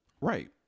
right